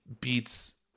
beats